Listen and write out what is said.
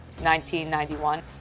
1991